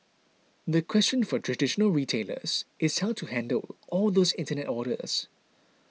the question for traditional retailers is how to handle all those internet orders